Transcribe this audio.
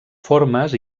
formes